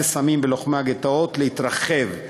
נס-עמים ולוחמי-הגטאות להתרחב,